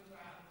תם סדר-היום.